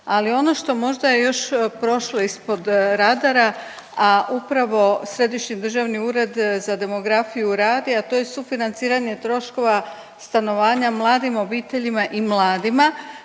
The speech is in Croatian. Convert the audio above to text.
Ali ono što možda je još prošlo ispod radara, a upravo Središnji državni ured za demografiju radi, a to je sufinanciranje troškova stanovanja mladim obiteljima i mladima